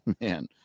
man